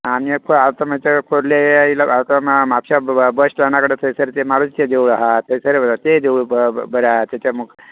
आनी खोर्ले म्हापशा मारुतीचे देवूळ आसा तेय देवूळ बरें आसा